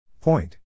Point